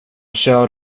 kör